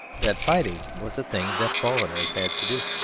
that fighting was a thing that foreigners had to do.